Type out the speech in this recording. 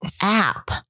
app